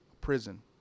prison